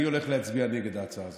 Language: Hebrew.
אני הולך להצביע נגד ההצעה הזאת,